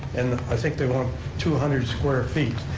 and i think they want two hundred square feet,